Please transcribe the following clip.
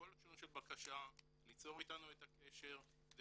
בכל לשון של בקשה ליצור איתנו את הקשר כדי